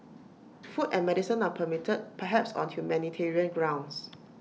food and medicine are permitted perhaps on humanitarian grounds